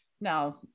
no